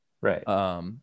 Right